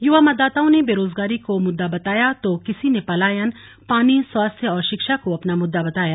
युवा मतदाताओं ने बेरोजगारी को मुद्दा बताया तो किसी ने पलायन पानी स्वास्थ्य और शिक्षा को अपना मुद्दा बताया